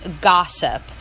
gossip